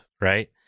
right